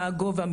מה גובה,